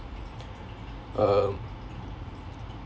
uh